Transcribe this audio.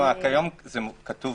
כיום כתוב